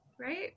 right